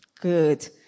Good